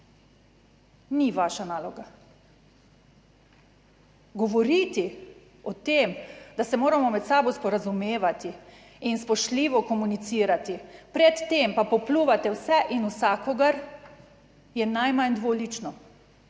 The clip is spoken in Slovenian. Ni vaša naloga. Govoriti o tem, da se moramo med sabo sporazumevati in spoštljivo komunicirati, pred tem pa popljuvate vse in vsakogar, je najmanj dvolično.